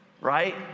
right